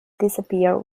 disappear